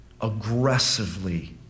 aggressively